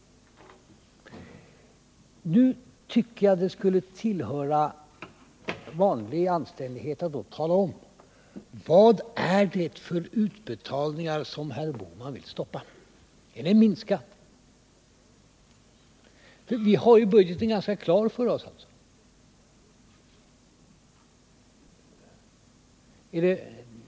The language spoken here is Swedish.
Jag tycker att det skulle höra till vanlig anständighet att tala om vad det är för utbetalningar som herr Bohman vill stoppa, eller minska. Vi har ju budgeten ganska klar för oss.